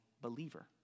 believer